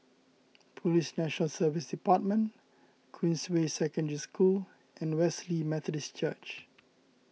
Police National Service Department Queensway Secondary School and Wesley Methodist Church